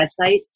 websites